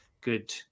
good